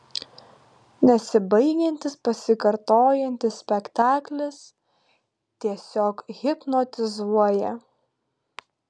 nesibaigiantis pasikartojantis spektaklis tiesiog hipnotizuoja